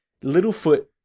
Littlefoot